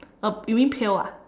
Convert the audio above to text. uh you mean pail ah